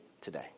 today